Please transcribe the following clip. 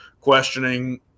questioning